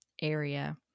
area